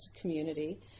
community